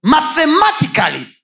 Mathematically